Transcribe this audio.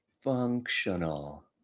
functional